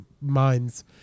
minds